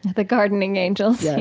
the gardening angels, yeah yeah,